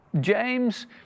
James